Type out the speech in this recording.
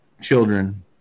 Children